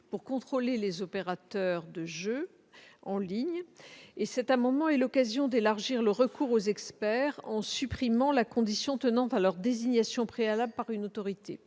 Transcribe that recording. pour contrôler les opérateurs de jeux en ligne. L'adoption du présent amendement offrirait l'occasion d'élargir le recours aux experts en supprimant la condition imposant leur désignation préalable par une autorité.